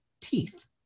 teeth